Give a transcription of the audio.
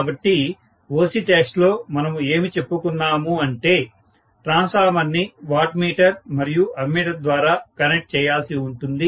కాబట్టి OC test లో మనము ఏమి చెప్పుకున్నాము అంటే ట్రాన్స్ఫార్మర్ ని వాట్ మీటర్ మరియు అమ్మీటర్ ద్వారా కనెక్ట్ చేయాల్సి ఉంటుంది